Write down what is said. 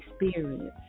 experience